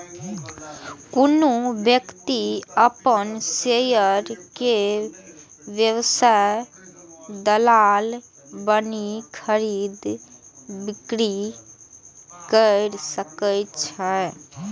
कोनो व्यक्ति अपन शेयर के स्वयं दलाल बनि खरीद, बिक्री कैर सकै छै